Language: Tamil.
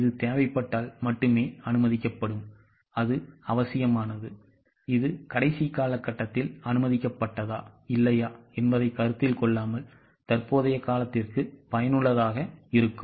இது தேவைப்பட்டால் மட்டுமே அனுமதிக்கப்படும் அது அவசியமானது இது கடைசி காலகட்டத்தில் அனுமதிக்கப்பட்டதா இல்லையா என்பதைக் கருத்தில் கொள்ளாமல் தற்போதைய காலத்திற்கு பயனுள்ளதாக இருக்கும்